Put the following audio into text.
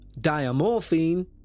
Diamorphine